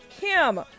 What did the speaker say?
kim